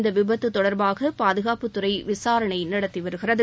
இந்த விபத்து தொடர்பாக பாதுகாப்புத்துறை விசாரணை நடத்தி வருகிறது